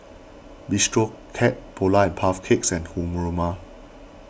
Bistro Cat Polar and Puff Cakes and Haruma